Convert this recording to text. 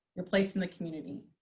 your place in the community,